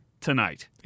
tonight